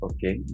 Okay